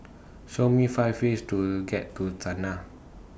Show Me five ways to get to Sanaa